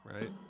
Right